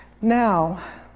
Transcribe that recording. now